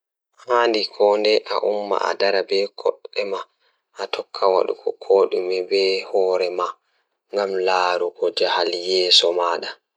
Ko fiyaangu ngal, sabu ko teddungal hoore rewɓe ngal. Ko optimist waawi hokkude fiyaangu ngal kadi ɓe njangol, sabu ɗum waawde jokkondirde fiyaangu. Kono pessimist waawi jokkondirde fiyaangu ngal e teddungal